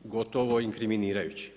gotovo inkriminirajući.